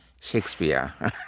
Shakespeare